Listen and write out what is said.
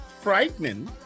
frightening